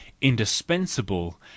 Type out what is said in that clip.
indispensable